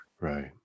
Right